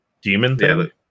demon